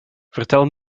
vertel